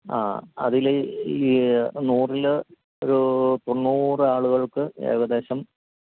ആ അതില് ഈ നൂറില് ഒരു തൊണ്ണൂറ് ആളുകൾക്ക് ഏകദേശം